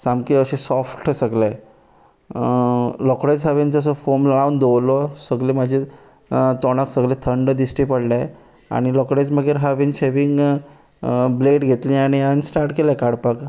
सामकें अशें सोफ्ट सगळें रोखडेंच हांवें तेजो फोम लावून दवरलो सगळें म्हाजें तोंडाक थंड दिश्टी पडलें आनी रोखडेच मागीर हांवें शेविंग ब्लेड घेतली आनी हांवें स्टार्ट केलें काडपाक